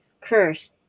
curse